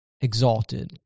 exalted